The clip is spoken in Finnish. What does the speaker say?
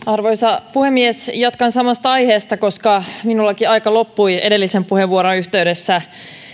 arvoisa puhemies jatkan samasta aiheesta koska minullakin aika loppui edellisen puheenvuoron yhteydessä